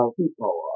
people